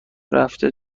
رفته